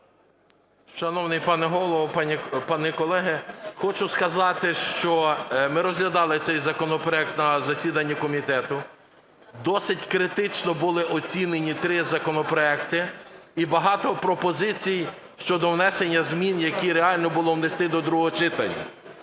Шановний пане Голово, пани колеги! Хочу сказати, що ми розглядали цей законопроект на засіданні комітету, досить критично були оцінені три законопроекти, і багато пропозицій щодо внесення змін, які реально було внести до другого читання.